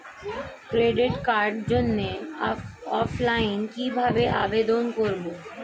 Credit কার্ডের জন্য অফলাইনে কিভাবে আবেদন করব?